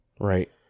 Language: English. right